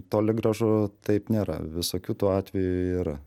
toli gražu taip nėra visokių tų atvejų yra